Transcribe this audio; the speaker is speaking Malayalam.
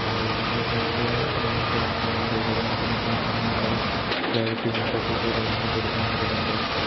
അതുപോലെ തന്നെ ഫോണിൻ്റെ ഇപ്പം ക്യാമറ കാര്യങ്ങളൊക്കെ നോക്കുകയാണെന്നുണ്ടെങ്കിൽ നല്ല ക്ലാരിറ്റിയുള്ള ഫോട്ടോസ് കാര്യങ്ങളൊക്കെ എടുക്കാന് പറ്റുന്നുണ്ട്